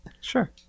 Sure